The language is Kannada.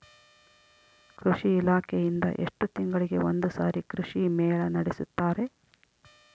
ಕೃಷಿ ಇಲಾಖೆಯಿಂದ ಎಷ್ಟು ತಿಂಗಳಿಗೆ ಒಂದುಸಾರಿ ಕೃಷಿ ಮೇಳ ನಡೆಸುತ್ತಾರೆ?